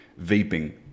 vaping